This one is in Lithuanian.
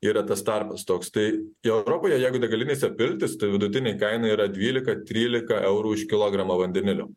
yra tas tarpas toks tai europoje jeigu degalinėse piltis vidutinė kaina yra dvylika trylika eurų už kilogramą vandenilio